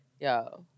Yo